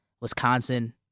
Wisconsin